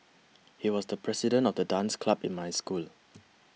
he was the president of the dance club in my school